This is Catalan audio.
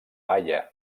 haia